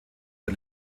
der